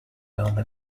only